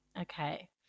okay